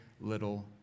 little